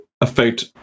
affect